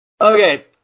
Okay